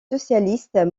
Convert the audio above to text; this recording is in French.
socialistes